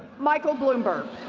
michael bloomberg.